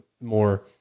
more